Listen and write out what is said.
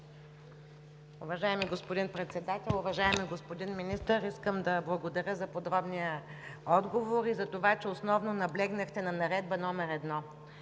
Уважаеми господин Председател, уважаеми господин Министър! Искам да благодаря за подробния отговор и за това, че основно наблегнахте на Наредба № 1.